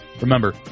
Remember